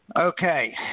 Okay